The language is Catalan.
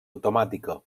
automàtica